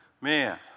Man